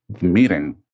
meeting